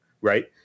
right